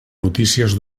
notícies